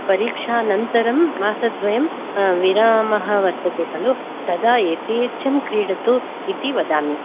परीक्षानन्तरं मासद्वयं विरामः वर्तते खलु तदा यतेच्छं क्रीडतु इति वदामि